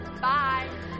Bye